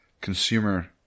consumer